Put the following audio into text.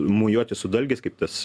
mojuoti su dalgiais kaip tas